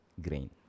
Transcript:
green